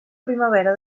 primavera